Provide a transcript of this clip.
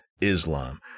Islam